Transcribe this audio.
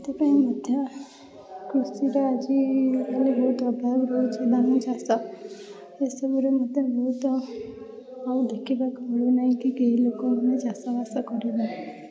ସେଥିପାଇଁ ମଧ୍ୟ କୃଷିର ଆଜି ମାନେ ବହୁତ ଅଭାବ ରହୁଛି ଧାନ ଚାଷ ଏସବୁରେ ମୋତେ ବହୁତ ଆଉ ଦେଖିବାକୁ ମିଳୁନାହିଁ କି କେହି ଲୋକମାନେ ଚାଷବାସ କରୁନାହାନ୍ତି